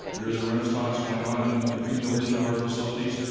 there is a renaissance going on in the rebuilding of our facilities,